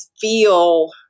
feel